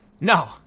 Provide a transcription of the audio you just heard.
no